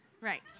Right